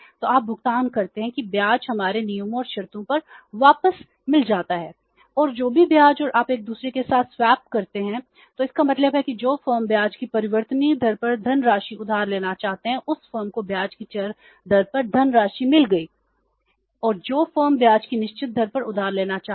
तो इसका मतलब है कि जो फर्म ब्याज की परिवर्तनीय दर पर धनराशि उधार लेना चाहते हैं उस फर्म को ब्याज की चर दर पर धनराशि मिल गई है और जो फर्म ब्याज की निश्चित दर पर उधार लेना चाहते हैं